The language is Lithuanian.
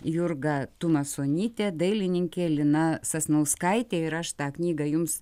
jurga tumasonytė dailininkė lina sasnauskaitė ir aš tą knygą jums